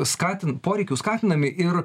skatint poreikių skatinami ir